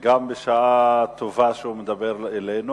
וגם בשעה טובה הוא מדבר אלינו.